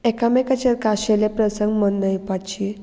एकामेकाचेर काशेले प्रसंग मनयपाची